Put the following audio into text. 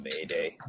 Mayday